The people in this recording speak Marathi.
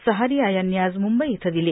सहार्गारया यांनी आज मुंबई इथं दिली